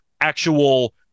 actual